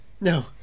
No